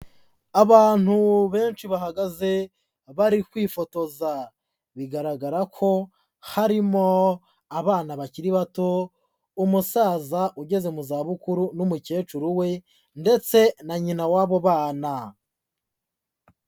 Abantu benshi bahagaze bari kwifotoza, bigaragara ko harimo abana bakiri bato, umusaza ugeze mu zabukuru n'umukecuru we ndetse na nyina w'abo bana.